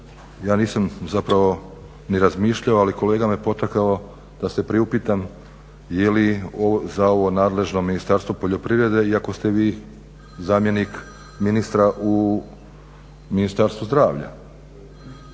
Ja nisam zapravo ni razmišljao ali kolega me potakao da ste priupitam je li za ovo nadležno Ministarstvo poljoprivrede iako ste vi zamjenik ministra u Ministarstvu zdravlja.